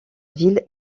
ville